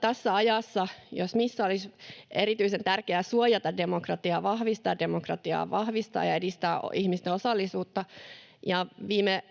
Tässä ajassa jos missä olisi erityisen tärkeää suojata demokratiaa ja vahvistaa demokratiaa, vahvistaa ja edistää ihmisten osallisuutta. Viime